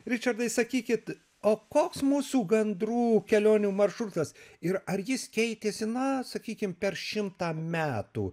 ričardai sakykit o koks mūsų gandrų kelionių maršrutas ir ar jis keitėsi na sakykim per šimtą metų